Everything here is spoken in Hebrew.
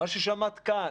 מה ששמעת כאן